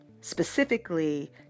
specifically